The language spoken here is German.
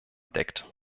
deckt